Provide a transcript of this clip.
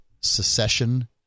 secession